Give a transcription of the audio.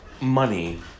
money